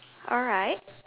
alright